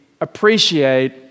appreciate